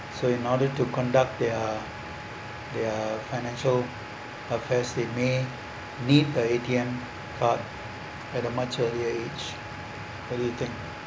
so in order to conduct their their financial affairs they may need the A_T_M at a much earlier age what do you think